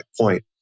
point